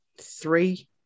three